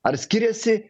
ar skiriasi